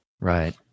Right